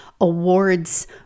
awards